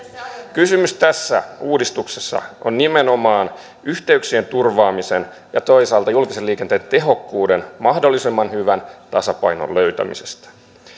kysymys tässä uudistuksessa on nimenomaan yhteyksien turvaamisen ja toisaalta julkisen liikenteen tehokkuuden mahdollisimman hyvän tasapainon löytämisestä